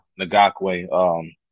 Nagakwe